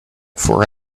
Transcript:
for